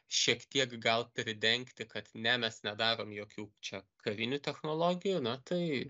šiek tiek gal pridengti kad ne mes nedarom jokių čia karinių technologijų na tai